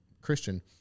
Christian